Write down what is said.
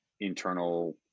Internal